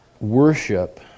worship